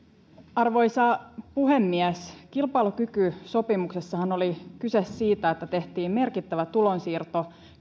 arvoisa puhemies kilpailukykysopimuksessahan oli kyse siitä että tehtiin merkittävä tulonsiirto